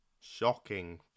shocking